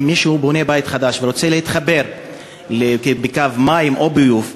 אם מישהו בונה בית חדש ורוצה להתחבר לקו מים או ביוב,